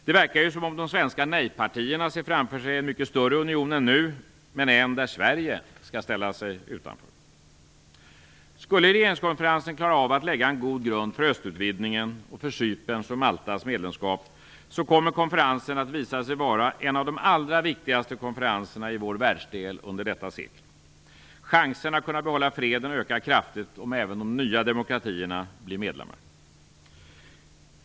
Det verkar som om de svenska nejpartierna ser framför sig en mycket större union än nu, men en där Sverige skall ställa sig utanför. Skulle regeringskonferensen klara av att lägga en god grund för östutvidgningen och för Cyperns och Maltas medlemskap kommer konferensen att visa sig vara en av de allra viktigaste konferenserna i vår världsdel under detta sekel. Chanserna att kunna behålla freden ökar kraftigt om även de nya demokratierna blir medlemmar.